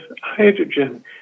hydrogen